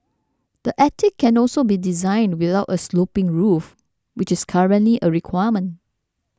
the attic can also be designed without a sloping roof which is currently a requirement